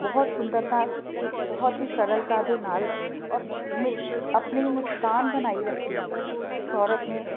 ਬਹੁਤ ਸੁੰਦਰਤਾ ਅਤੇ ਬਹੁਤ ਹੀ ਸਰਲਤਾ ਦੇ ਨਾਲ ਔਰ ਆਪਣੀ ਮੁਸਕਾਨ ਬਣਾਈ ਰੱਖੀ ਉਸ ਔਰਤ ਨੇ